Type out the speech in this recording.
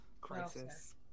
Crisis